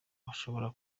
bashobora